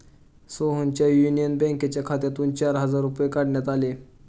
सोहनच्या युनियन बँकेच्या खात्यातून चार हजार रुपये काढण्यात आले